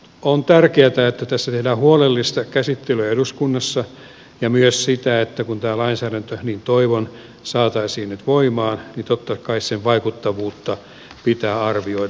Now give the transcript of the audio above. on tärkeätä että tässä tehdään huolellista käsittelyä eduskunnassa ja kun tämä lainsäädäntö niin toivon saataisiin nyt voimaan niin totta kai myös sen vaikuttavuutta pitää arvioida